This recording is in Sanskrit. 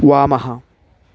वामः